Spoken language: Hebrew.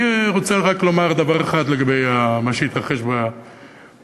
אני רוצה רק לומר דבר אחד לגבי מה שהתרחש במשפט.